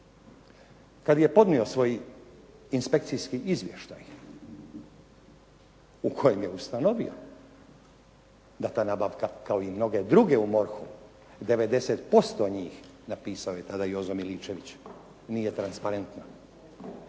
Kada je podnio svoj inspekcijski izvještaj u kojem je ustanovio da ta nabavka kao i mnoge druge u MORH-u 90% njih, napisao je tada Jozo Miličević nije transparentno,